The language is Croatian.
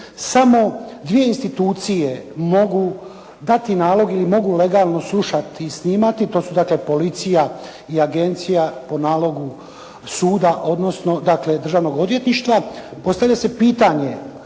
samo dvije institucije mogu dati nalog ili mogu legalno slušati i snimat, to su dakle policija i agencija po nalogu suda, odnosno dakle državnog odvjetništva, postavlja se pitanje